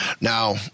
Now